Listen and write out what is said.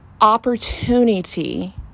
opportunity